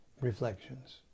reflections